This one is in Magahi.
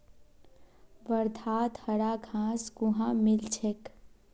वर्धात हरा खाद कुहाँ मिल छेक